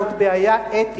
זאת בעיה אתית.